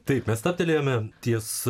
taip mes stabtelėjome ties